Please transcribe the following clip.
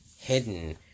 hidden